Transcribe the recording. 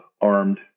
armed